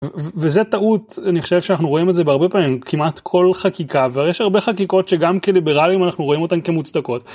וזה טעות, אני חושב שאנחנו רואים את זה בהרבה פעמים, כמעט כל חקיקה, אבל יש הרבה חקיקות שגם כליברלים אנחנו רואים אותן כמוצדקות.